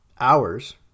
hours